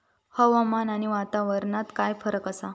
हवामान आणि वातावरणात काय फरक असा?